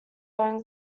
own